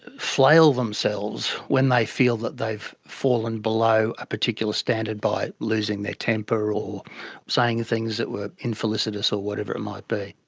flail themselves when they feel that they've fallen below a particular standard by losing their temper or saying things that were infelicitous or whatever it might be?